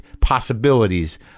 possibilities